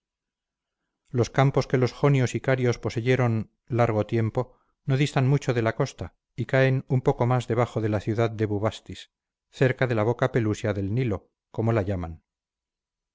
los campos que los jonios y carios poseyeron largo tiempo no distan mucho de la costa y caen un poco más debajo de la ciudad de bubastis cerca de la boca pelusia del nilo como la llaman